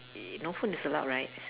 no phone is allowed right